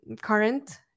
current